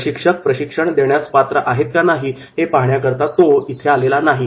प्रशिक्षक प्रशिक्षण देण्यास पात्र आहे का नाही हे पाहण्यासाठी तो इथे आलेला नाही